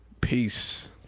Peace